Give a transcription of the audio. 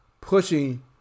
pushing